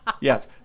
Yes